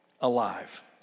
alive